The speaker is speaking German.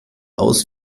aus